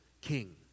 king